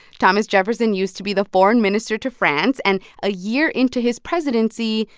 thomas jefferson used to be the foreign minister to france, and a year into his presidency,